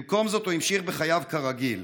במקום זאת הוא המשיך בחייו כרגיל,